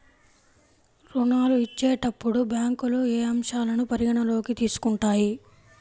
ఋణాలు ఇచ్చేటప్పుడు బ్యాంకులు ఏ అంశాలను పరిగణలోకి తీసుకుంటాయి?